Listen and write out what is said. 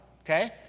Okay